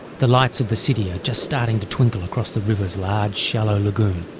the lights of the city are just starting to twinkle across the river's large shallow lagoon,